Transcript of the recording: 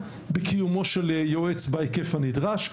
בקיומו של יועץ בהיקף הנדרש,